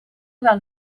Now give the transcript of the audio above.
del